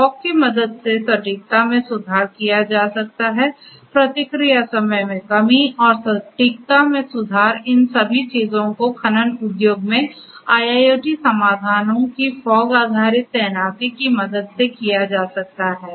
fog की मदद से सटीकता में सुधार किया जा सकता है प्रतिक्रिया समय में कमी और सटीकता में सुधार इन सभी चीजों को खनन उद्योग में IIoT समाधानों की फॉगआधारित तैनाती की मदद से किया जा सकता है